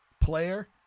player